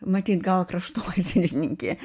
matyt gal kraštotyrininkė